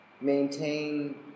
maintain